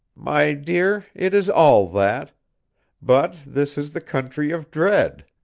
my dear, it is all that but this is the country of dread.